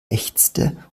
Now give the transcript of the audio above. ächzte